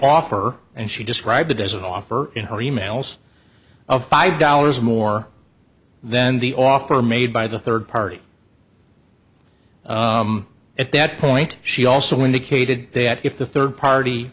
offer and she described it as an offer in her emails of five dollars more than the offer made by the third party at that point she also indicated that if the third party